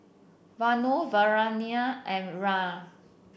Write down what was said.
Vanu Naraina and Raj